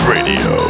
Radio